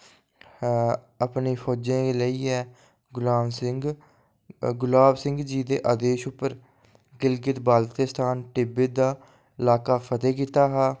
अपनी फौजें गी लेईयै गुलाब सिंह गुलाब सिंह जी दे आदेश उप्पर गिलगित बाल्तिस्तान तिब्बत दा ल्हाका फतह कीता हा